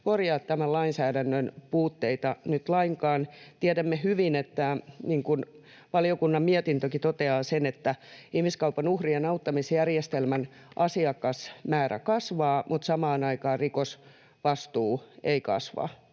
korjaa lainsäädännön puutteita nyt lainkaan. Tiedämme hyvin, että valiokunnan mietintökin toteaa sen, että ihmiskaupan uhrien auttamisjärjestelmän asiakasmäärä kasvaa, mutta samaan aikaan rikosvastuu ei kasva.